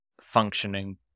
functioning